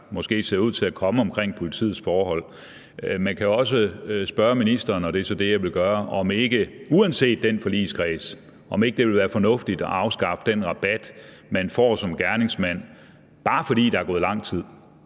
måske ser ud til at komme omkring politiets forhold. Man kan også spørge ministeren, og det er så det, jeg vil gøre, om det ikke – uanset den forligskreds – ville være fornuftigt at afskaffe den rabat, man får som gerningsmand, bare fordi der er gået lang tid.